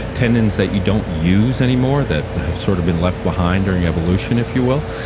tendons that you don't use anymore that have sort of been left behind during evolution, if you will,